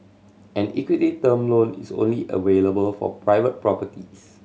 an equity term loan is only available for private properties